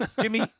Jimmy